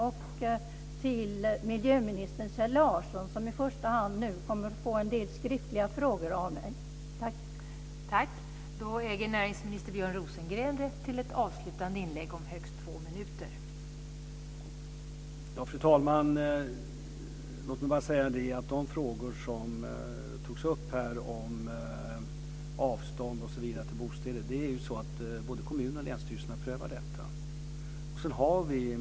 Jag vill ändå säga att vindkraften har en betydelse för att förbättra vår energiförsörjning och att den är förnyelsebar.